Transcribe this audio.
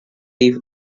eve